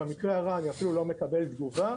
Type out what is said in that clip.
במקרה הרע אני אפילו לא מקבל תגובה.